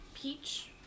peach